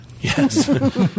Yes